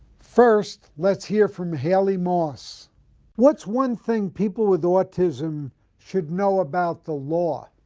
first, let's hear from haley moss what's one thing people with autism should know about the law?